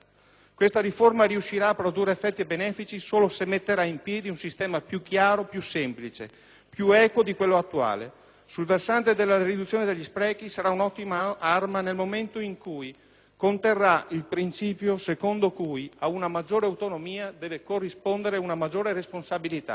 Questa riforma riuscirà a produrre effetti benefici solo se metterà in piedi un sistema più chiaro, più semplice, più equo di quello attuale. Sul versante della riduzione degli sprechi sarà un'ottima arma nel momento in cui conterrà il principio secondo cui a una maggiore autonomia deve corrispondere una maggiore responsabilità.